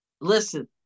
Listen